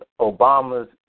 Obama's